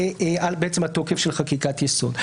בעצם התוקף של חקיקת יסוד.